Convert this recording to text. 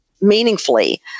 meaningfully